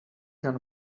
gun